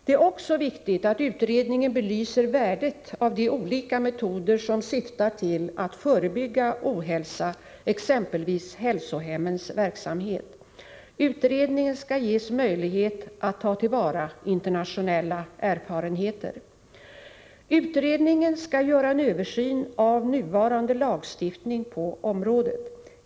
Det är också viktigt att utredningen belyser värdet av de olika metoder som syftar till att förebygga ohälsa, exempelvis hälsohemmens verksamhet. Utredningen skall ges möjlighet att ta till vara internationella erfarenheter. Utredningen skall göra en översyn av nuvarande lagstiftning på området.